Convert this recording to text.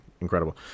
incredible